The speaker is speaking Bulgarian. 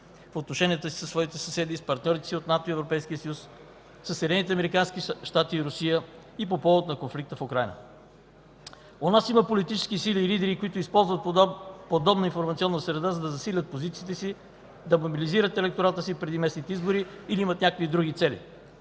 и Европейския съюз, със Съединените американски щати и Русия и по повод на конфликта в Украйна. У нас има политически сили и лидери, които използват подобна информационна среда, за да засилят позициите си, да мобилизират електората си преди местните избори или имат някакви други цели.